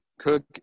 cook